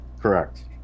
Correct